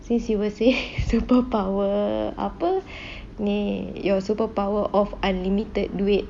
since you were saying superpower apa ni your superpower of unlimited duit